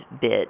bit